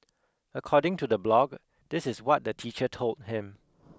according to the blog this is what the teacher told him